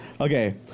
okay